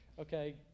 Okay